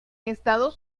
estados